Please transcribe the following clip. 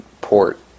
port